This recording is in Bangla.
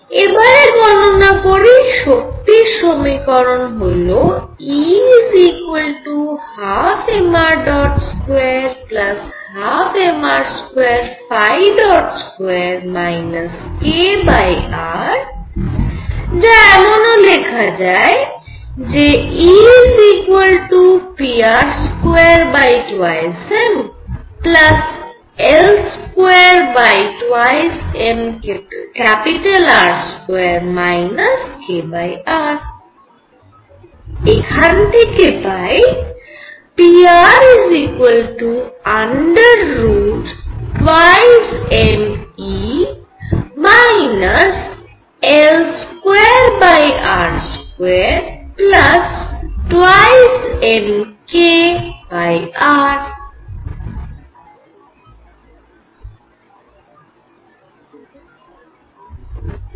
এবারে গণনা করি শক্তির সমীকরণ হল E 12mr212mr22 kr যা এমন ও লেখা যায় E pr22mL22mR2 kr এখান থেকে পাই pr√2mE L2r22mkr